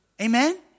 Amen